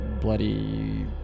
bloody